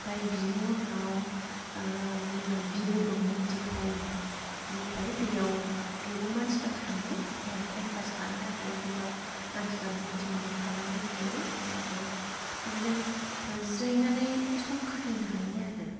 आमफाय बिनि उनाव जोंना बिलो दङ दिपलाइ बेयाव बेयावबो मानसिफ्रा थाङो टाइम फास खालामनो थाखाय बेयाव मानसिफ्रा बटिंबो खालामनो हायो आमफाय बिदिनो जिरायनानै सम खाथायनो हायो आरो